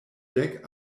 dek